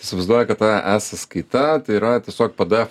įsivaizduoja kad ta e sąskaita tai yra tiesiog pdf